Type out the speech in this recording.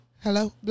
hello